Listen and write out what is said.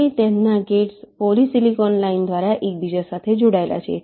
અને તેમના gates poly silicon line દ્વારા એકબીજા સાથે જોડાયેલા છે